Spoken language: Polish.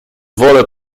wolę